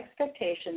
expectations